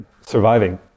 surviving